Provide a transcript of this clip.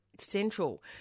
central